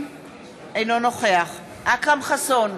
אינו נוכח אכרם חסון,